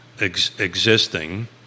existing